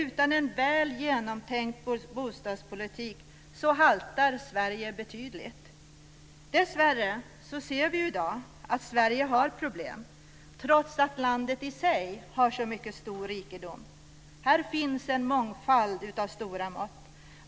Utan en väl genomtänkt bostadspolitik haltar Sverige betydligt. Dessvärre ser vi i dag att Sverige har problem trots att landet i sig har så mycket stor rikedom. Här finns en mångfald av stora mått.